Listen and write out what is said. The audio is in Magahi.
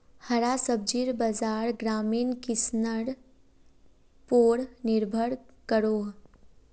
हरा सब्जिर बाज़ार ग्रामीण किसनर पोर निर्भर करोह